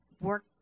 work